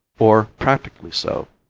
or, practically so.